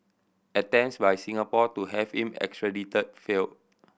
attempts by Singapore to have him extradited failed